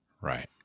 Right